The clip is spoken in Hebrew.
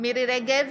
מירי מרים רגב,